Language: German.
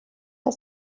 der